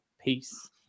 peace